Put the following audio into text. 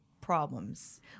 problems